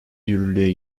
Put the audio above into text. yürürlüğe